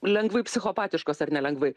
lengvai psichopatiškos ar ne lengvai